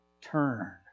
turn